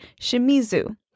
Shimizu